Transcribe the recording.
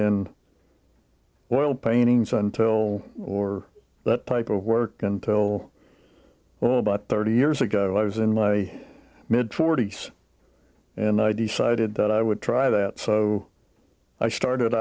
in oil paintings until or that type of work until well about thirty years ago i was in my mid forty's and i decided that i would try that so i started